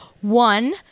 one